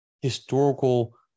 historical